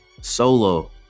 solo